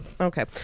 okay